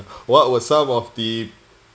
what were some of the